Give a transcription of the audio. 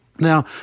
Now